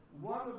one